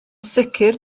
sicr